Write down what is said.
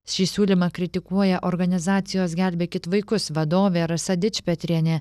šį siūlymą kritikuoja organizacijos gelbėkit vaikus vadovė rasa dičpetrienė